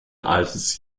altes